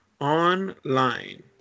Online